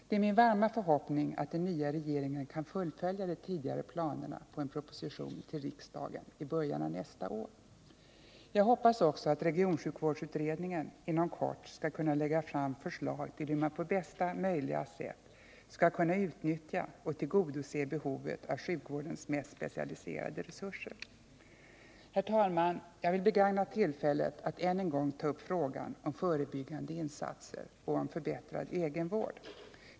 Det är min varma förhoppning att den nya regeringen kan fullfölja de tidigare planerna på en proposition till riksdagen i början av nästa år. Jag hoppas också att regionsjukvårdsutredningen inom kort kan lägga fram ett förslag till hur man på bästa möjliga sätt skall kunna utnyttja och tillgodose behovet av sjukvårdens mest specialiserade resurser. Herr talman! Jag vill begagna tillfället att än en gång ta upp frågan om förebyggande insatser och om förbättrad egenvård.